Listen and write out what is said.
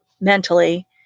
mentally